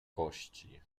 kości